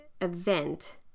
event